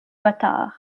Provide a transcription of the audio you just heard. gothard